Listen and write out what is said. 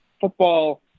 football